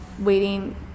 waiting